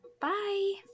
bye